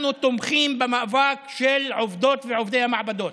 אנחנו תומכים במאבק של עובדות ועובדי המעבדות.